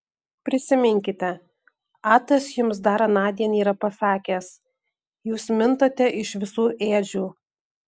prisiminkite atas jums dar anądien yra pasakęs jūs mintate iš visų ėdžių